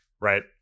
right